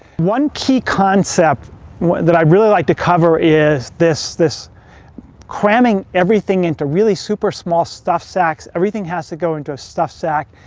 one key concept that i really like to cover is this this cramming everything into really super small stuffed sacks. everything has to go into a stuffed sack.